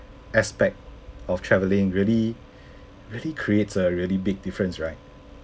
aspect of travelling really really creates a really big difference right